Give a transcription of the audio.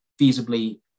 feasibly